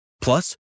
Plus